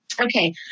Okay